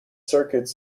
circuits